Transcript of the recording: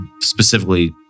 specifically